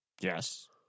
yes